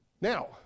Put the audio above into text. Now